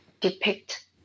depict